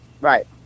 Right